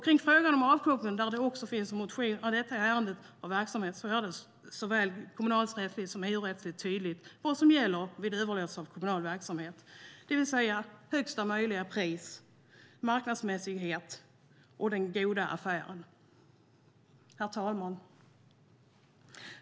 Kring frågan om avknoppning av verksamhet, där det finns en motion i detta ärende, är det såväl kommunalrättsligt som EU-rättsligt tydligt vad som gäller vid överlåtelse av kommunal verksamhet, det vill säga högsta möjliga pris, marknadsmässighet och en god affär. Herr talman!